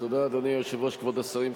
דניאל בן-סימון,